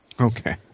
Okay